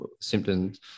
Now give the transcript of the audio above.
symptoms